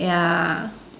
ya